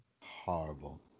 Horrible